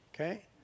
okay